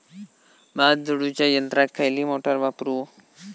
भात झोडूच्या यंत्राक खयली मोटार वापरू?